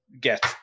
get